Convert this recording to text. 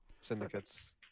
syndicates